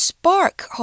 Spark